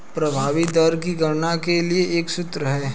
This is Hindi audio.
प्रभावी दर की गणना के लिए एक सूत्र है